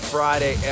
Friday